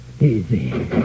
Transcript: Easy